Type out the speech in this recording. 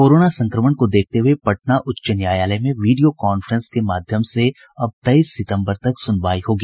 corona संक्रमण को देखते हुए पटना उच्च न्यायालय में वीडियो कांफ्रेंस के माध्यम से अब तेईस सितम्बर तक सुनवाई होगी